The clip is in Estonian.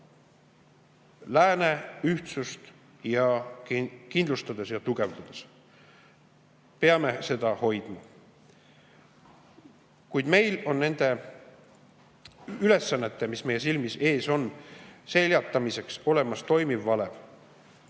Lääne ühtsust kindlustades ja tugevdades. Peame seda hoidma. Kuid meil on nende meie ees seisvate ülesannete seljatamiseks olemas toimiv valem